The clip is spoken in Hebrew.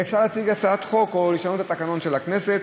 זה לא יהיה יותר.